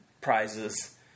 prizes